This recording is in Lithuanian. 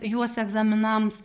juos egzaminams